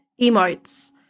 emotes